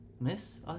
miss